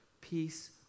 Peace